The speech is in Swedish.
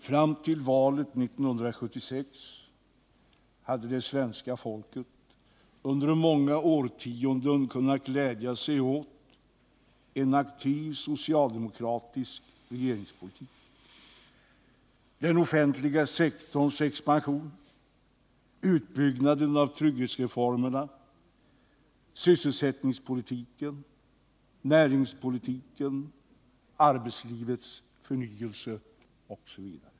Fram till valet 1976 hade svenska folket under många årtionden kunnat glädja sig åt en aktiv socialdemokratisk regeringspolitik — den offentliga sektorns expansion, utbyggnaden av trygghetsreformerna, sysselsättningspolitiken, näringspolitiken, arbetslivets förnyelse osv.